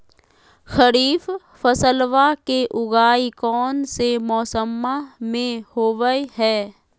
खरीफ फसलवा के उगाई कौन से मौसमा मे होवय है?